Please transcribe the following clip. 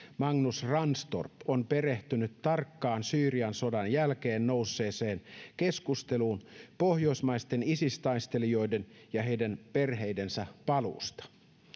magnus ranstorp on perehtynyt tarkkaan syyrian sodan jälkeen nousseeseen keskusteluun pohjoismaisten isis taistelijoiden ja heidän perheidensä paluusta